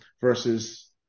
versus